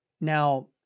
Now